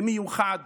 במיוחד